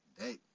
Hey